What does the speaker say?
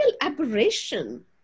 aberration